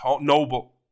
noble